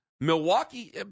Milwaukee